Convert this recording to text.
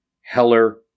Heller